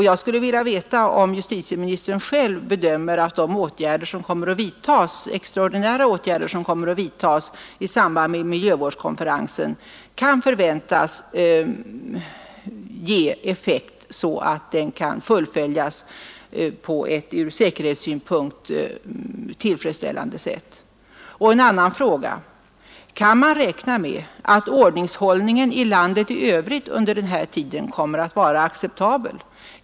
Jag skulle vilja veta om justitieministern själv bedömer att de extraordinära åtgärder som kommer att vidtas i samband med miljövårdskonferensen kan förväntas ge effekt så att den kan fullföljas på ett ur säkerhetssynpunkt tillfredsställande sätt. Och en annan fråga: Kan man räkna med att ordningshållningen i landet i övrigt under den här tiden kommer att vara acceptabel?